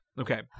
Okay